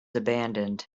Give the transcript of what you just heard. abandoned